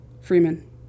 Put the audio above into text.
Freeman